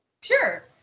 Sure